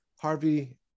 Harvey